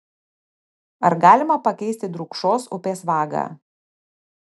ar galima pakeisti drūkšos upės vagą